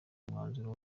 umwanzuro